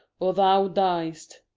or thou dyest.